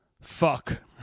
Fuck